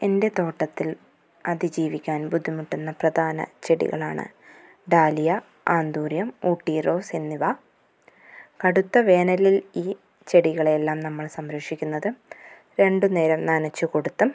എൻ്റെ തോട്ടത്തിൽ അതിജീവിക്കാൻ ബുദ്ധിമുട്ടുന്ന പ്രധാന ചെടികളാണ് ഡാലിയ ആന്തൂറിയം ഊട്ടി റോസ് എന്നിവ കടുത്ത വേനലിൽ ഈ ചെടികളെയെല്ലാം നമ്മൾ സംരക്ഷിക്കുന്നത് രണ്ടുനേരം നനച്ചുകൊടുത്തും